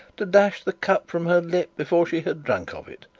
to dash the cup from her lip before she had drank of it,